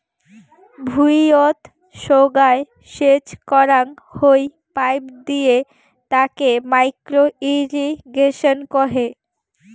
ভুঁইয়ত সোগায় সেচ করাং হই পাইপ দিয়ে তাকে মাইক্রো ইর্রিগেশন কহে